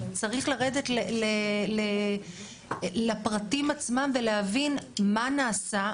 צריך לרדת לפרטים עצמם ולהבין מה נעשה,